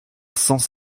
sens